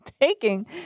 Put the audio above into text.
taking